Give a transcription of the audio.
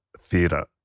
theatre